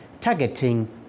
targeting